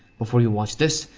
before you watch this,